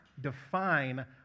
define